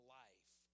life